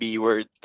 B-word